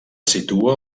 situa